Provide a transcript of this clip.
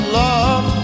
love